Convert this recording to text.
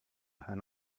and